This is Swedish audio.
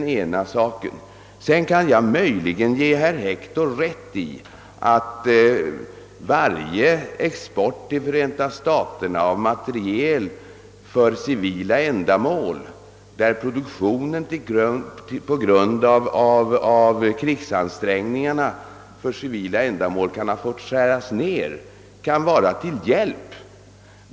Jag kan möjligen ge herr Hector rätt i att all export till Förenta staterna av materiel för civila ändamål, i de fall då Förenta staternas egen produktion för civila ändamål har fått skäras ned på grund av krigsansträngningarna, kan vara till hjälp.